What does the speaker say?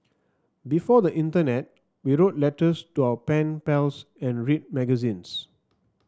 before the internet we wrote letters to our pen pals and read magazines